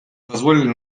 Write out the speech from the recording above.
позволили